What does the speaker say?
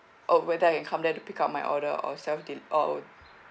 or whether I can come there to pick up my order or self de~ or